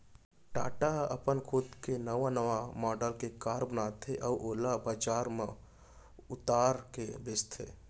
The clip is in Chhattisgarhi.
टाटा ह अपन खुद के नवा नवा मॉडल के कार बनाथे अउ ओला बजार म उतार के बेचथे